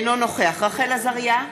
אינו נוכח רחל עזריה,